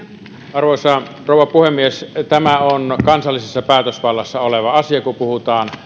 arvoisa rouva puhemies tämä on kansallisessa päätösvallassa oleva asia kun puhutaan